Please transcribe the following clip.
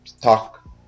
talk